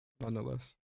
Nonetheless